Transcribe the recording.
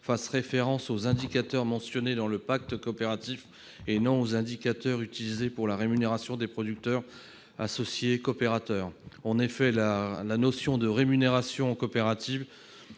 fasse référence aux indicateurs mentionnés dans le pacte coopératif et non aux indicateurs utilisés pour la rémunération des producteurs associés coopérateurs. En effet, la notion de rémunération est